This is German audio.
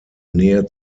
nähe